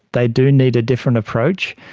they do need a different approach,